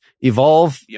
evolve